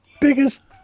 biggest